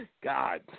God